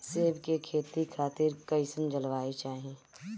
सेब के खेती खातिर कइसन जलवायु चाही?